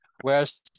Whereas